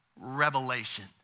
revelation